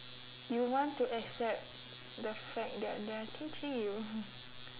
you want to accept the fact that they are teaching you